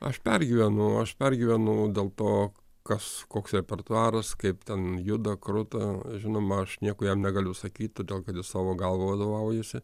aš pergyvenu aš pergyvenu dėl to kas koks repertuaras kaip ten juda kruta žinoma aš nieko jam negaliu sakyti todėl kad jis savo galva vadovaujasi